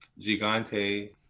gigante